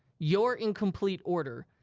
your incomplete order.